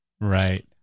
right